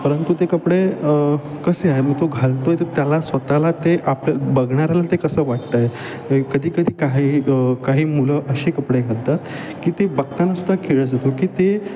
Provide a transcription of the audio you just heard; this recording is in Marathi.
परंतु ते कपडे कसे आहे मग तो घालतो आहे तर त्याला स्वतःला ते आपल्या बघणाऱ्याला ते कसं वाटतं आहे कधी कधी काही काही मुलं असे कपडे घालतात की ते बघताना सुद्धा किळस येतो